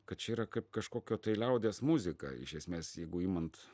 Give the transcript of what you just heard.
kad čia yra kaip kažkokia tai liaudies muziką iš esmės jeigu imant